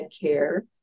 care